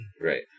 right